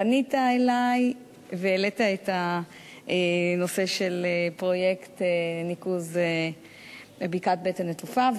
פנית אלי והעלית את הנושא של פרויקט ניקוז בקעת בית-הנטופה.